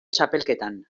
txapelketan